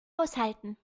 aushalten